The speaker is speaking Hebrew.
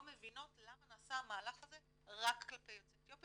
מבינות למה נעשה המהלך הזה רק כלפי יוצאי אתיופיה,